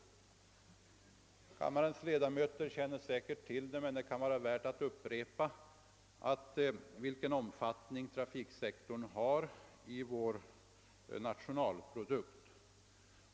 Kammarens ledamöter känner säkert till vilken omfattning trafiksektorn har i vår nationalprodukt.